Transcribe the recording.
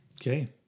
Okay